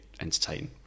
entertain